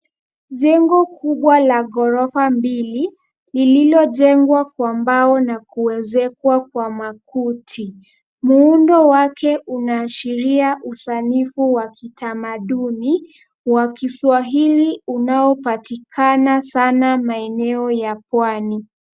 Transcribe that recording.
Jengo kubwa la ghorofa mbili lililojengwa kwa mbao na kuezekwa kwa makuti. Muundo wake unaashiria usanifu wa kitamaduni wa kiswahili unaopatikana sana maeneo ya pwani.